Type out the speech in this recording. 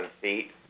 feet